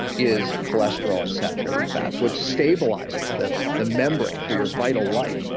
is cholesterol unsaturated fats which stabilizes the the membrane for your vital life,